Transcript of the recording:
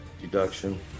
deduction